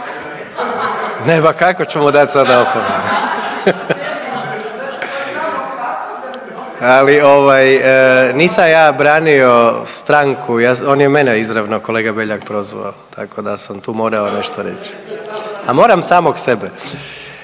se ne čuje./... Ali ovaj, nisam ja branio stranku, ja, on je mene, izravno kolega Beljak prozvao, tako da sam tu moramo nešto reći. A moram samog sebe.